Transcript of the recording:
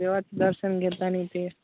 देवाचं दर्शन घेताना ते